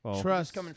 Trust